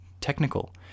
technical